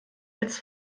als